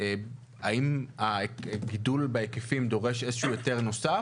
האם הגידול בהיקפים דורש איזשהו היתר נוסף,